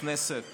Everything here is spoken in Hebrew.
בכנסת